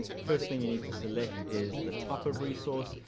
first thing you need to select is the type of resource.